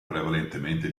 prevalentemente